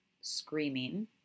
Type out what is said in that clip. screaming